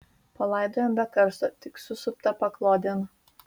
palaidojom be karsto tik susuptą paklodėn